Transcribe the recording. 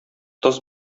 тоз